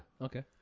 Okay